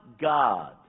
God